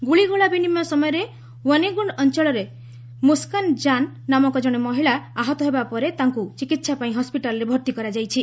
ଗୁଳିଗୋଳା ବିନିମୟ ସମୟରେ ୱିବିଗୁଣ୍ଡ ଅଞ୍ଚଳର ମୁସ୍କାନ୍ ଜାନ୍ ନାମକ ମହିଳା ଆହତ ହେବା ପରେ ତାଙ୍କୁ ଚିକିତ୍ସା ପାଇଁ ହୱିଟାଲ୍ରେ ଭର୍ତ୍ତି କରାଯାଇଛି